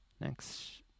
Next